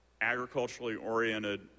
agriculturally-oriented